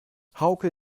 hauke